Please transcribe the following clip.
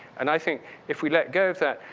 and i think if we let go of that,